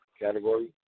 category